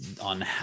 on